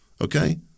Okay